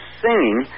singing